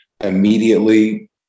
immediately